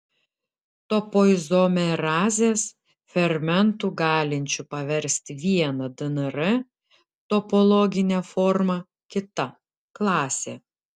topoizomerazės fermentų galinčių paversti vieną dnr topologinę formą kita klasė